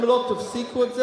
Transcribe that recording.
אם לא תפסיקו את זה,